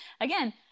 again